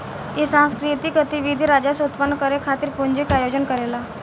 इ सांस्कृतिक गतिविधि राजस्व उत्पन्न करे खातिर पूंजी के आयोजन करेला